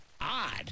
odd